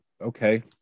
okay